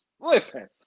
Listen